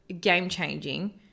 game-changing